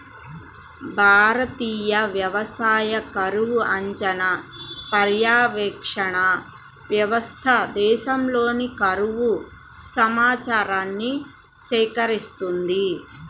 జాతీయ వ్యవసాయ కరువు అంచనా, పర్యవేక్షణ వ్యవస్థ దేశంలోని కరువు సమాచారాన్ని సేకరిస్తుంది